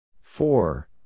Four